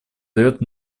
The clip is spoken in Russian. дает